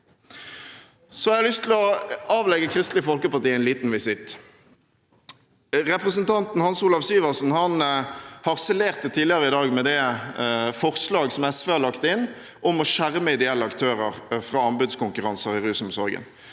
til å avlegge Kristelig Folkeparti en liten visitt. Representanten Hans Olav Syversen harselerte tidligere i dag over det forslaget som SV har lagt inn om å skjerme ideelle aktører fra anbudskonkurranser i rusomsorgen.